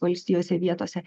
valstijose vietose